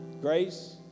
grace